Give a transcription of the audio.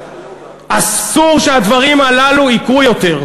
אסור שהדברים הללו יקרו שוב.